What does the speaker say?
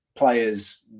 Players